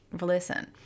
Listen